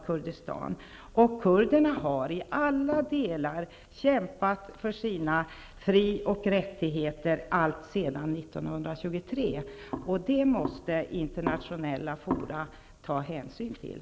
Kurderna har i alla delar kämpat för sina fri och rättigheter allt sedan 1923, och det måste internationella fora ta hänsyn till.